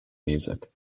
music